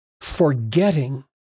forgetting